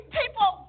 people